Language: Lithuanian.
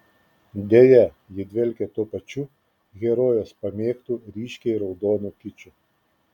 deja ji dvelkia tuo pačiu herojės pamėgtu ryškiai raudonu kiču